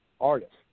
artists